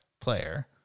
player